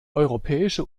europäische